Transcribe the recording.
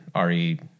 re